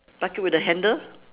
bucket with a handle